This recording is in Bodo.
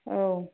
औ